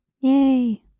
Yay